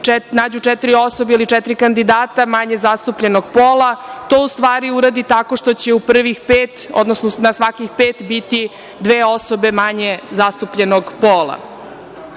nađu četiri osobe ili četiri kandidata manje zastupljenog pola, to u stvari uradi tako što će u prvih pet, odnosno na svakih pet biti dve osobe manje zastupljenog pola. Moram